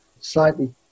slightly